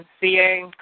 CA